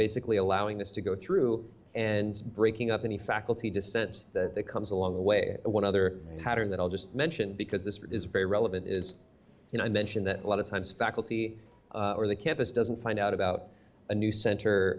basically allowing this to go through and breaking up any faculty dissent that comes along the way one other pattern that i'll just mention because this is very relevant is and i mentioned that a lot of times faculty or the campus doesn't find out about a new center